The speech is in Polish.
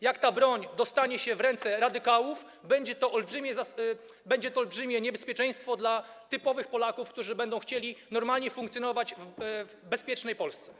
Jeżeli ta broń dostanie się w ręce radykałów, będzie to olbrzymie niebezpieczeństwo dla typowych Polaków, którzy będą chcieli normalnie funkcjonować w bezpiecznej Polsce.